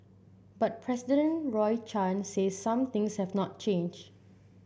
but President Roy Chan says some things have not changed